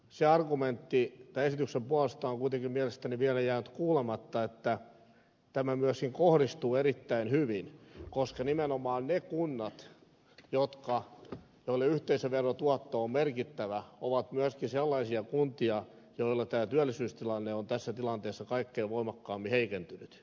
se argumentti esityksen puolesta on kuitenkin mielestäni vielä jäänyt kuulematta että tämä myöskin kohdistuu erittäin hyvin koska nimenomaan ne kunnat joille yhteisöverotuotto on merkittävä ovat myöskin sellaisia kuntia joissa työllisyystilanne on tässä tilanteessa kaikkein voimakkaimmin heikentynyt